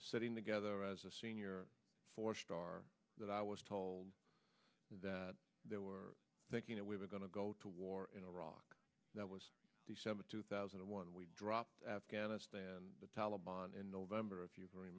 sitting together as a senior four star that i was told that they were thinking that we were going to go to war in iraq that was december two thousand and one we dropped afghanistan and the taleban in november